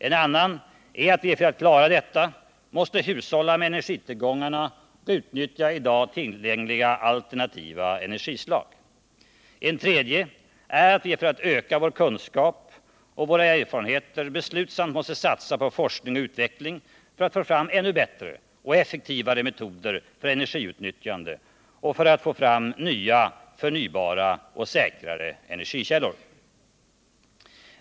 En annan är att vi för att klara detta måste hushålla med energitillgångarna och utnyttja i dag tillgängliga alternativa energislag. En tredje är att vi för att öka vår kunskap och våra erfarenheter beslutsamt måste satsa på forskning och utveckling — för att få fram ännu bättre och effektivare metoder för energiutnyttjande och för att få fram nya, förnybara och säkrare energikällor.